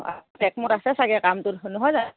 একমত আছে চাগে কামটোত নহয় জানো